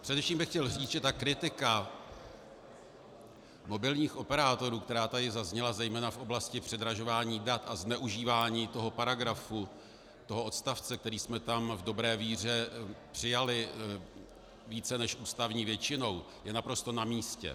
Především bych chtěl říct, že kritika mobilních operátorů, která tady zazněla zejména v oblasti předražování dat a zneužívání toho paragrafu, toho odstavce, který jsme v dobré víře přijali více než ústavní většinou, je naprosto namístě.